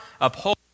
uphold